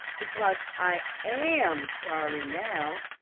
because i am sorry now.